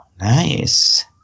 Nice